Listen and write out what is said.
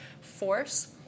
force